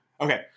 Okay